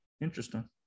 Interesting